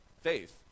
faith